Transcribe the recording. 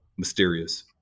mysterious